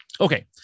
Okay